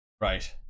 Right